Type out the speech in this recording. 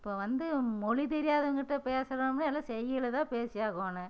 இப்போ வந்து மொழி தெரியாதவங்கிட்ட பேசுறோம்னா எல்லாம் செய்கையில் தான் பேசி ஆகணும்